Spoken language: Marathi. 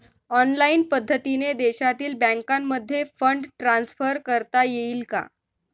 ऑनलाईन पद्धतीने देशातील बँकांमध्ये फंड ट्रान्सफर करता येईल का?